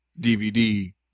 dvd